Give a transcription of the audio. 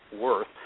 worth